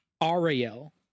Ariel